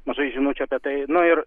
mažai žinučių apie tai nu ir